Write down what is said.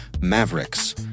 Mavericks